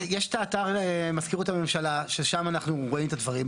יש את האתר למזכירות הממשלה ששם אנחנו רואים את הדברים,